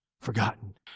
forgotten